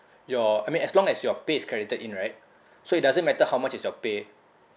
your I mean as long as your pay is credited in right so it doesn't matter how much is your pay